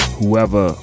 whoever